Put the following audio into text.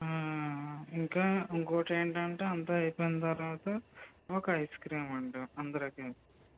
ఇంకా ఇంకోటి ఏంటంటే అంతా అయిపోయిన తర్వాత ఒక ఐస్ క్రీమ్ అండి అందరికి